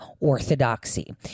orthodoxy